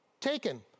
Taken